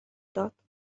داد